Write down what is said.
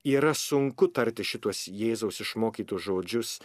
yra sunku tarti šituos jėzaus išmokytus žodžius